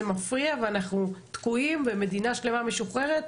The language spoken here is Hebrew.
מפריע ואנחנו תקועים ומדינה שלמה משוחררת,